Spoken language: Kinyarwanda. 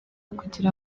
kugira